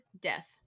death